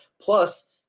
plus